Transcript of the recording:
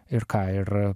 ir ką ir